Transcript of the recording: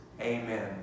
Amen